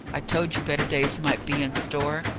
i told you better days might be in store.